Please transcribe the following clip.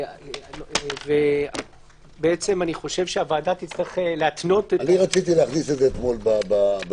אני רציתי להכניס את זה אתמול.